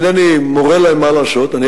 להדגיש פה שהמשרד שאמור לעסוק בדברים